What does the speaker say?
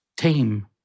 team